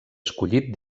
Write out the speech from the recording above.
escollit